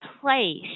place